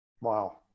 Wow